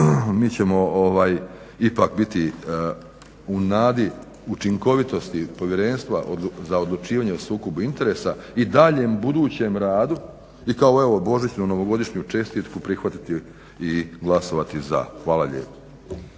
mi ćemo ipak biti u nadi učinkovitosti Povjerenstva za odlučivanje o sukobu interesa i daljem budućem radu i kao evo božićnu novogodišnju čestitku prihvatiti i glasovati za. Hvala lijepo.